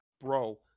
bro